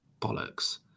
bollocks